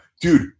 Dude